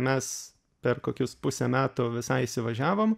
mes per kokius pusę metų visai įsivažiavom